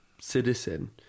citizen